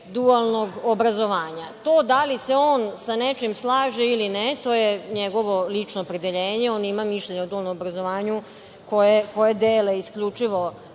dualnog obrazovanja“. To da li se on sa nečim slaže ili ne, to je njegovo lično opredeljenje. On ima mišljenje o dualnom obrazovanju koje dele isključivo